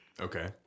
Okay